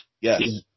yes